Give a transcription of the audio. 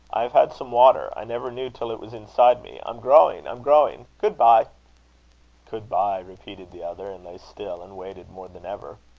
i have had some water. i never knew till it was inside me. i'm growing! i'm growing! good-bye good-bye! repeated the other, and lay still and waited more than ever.